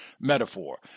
metaphor